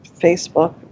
Facebook